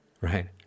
Right